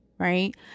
right